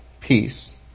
peace